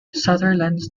sutherland